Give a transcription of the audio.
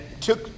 took